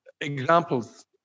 examples